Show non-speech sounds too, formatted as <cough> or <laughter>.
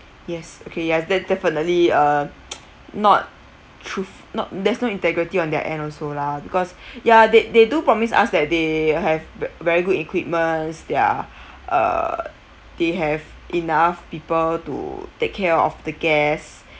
yes okay ya that's definitely uh <noise> not truth not there's no integrity on their end also lah because <breath> ya they they do promise us that they have ve~ very good equipments they're uh they have enough people to take care of the guest